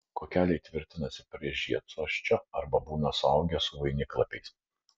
kuokeliai tvirtinasi prie žiedsosčio arba būna suaugę su vainiklapiais